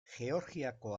georgiako